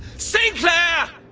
sinclair